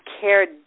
cared